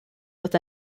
with